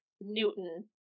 Newton